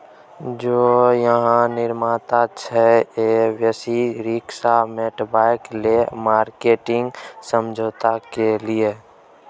जौं अहाँ निर्माता छी तए बेसिस रिस्क मेटेबाक लेल मार्केटिंग समझौता कए लियौ